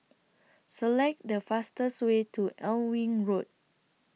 Select The fastest Way to Alnwick Road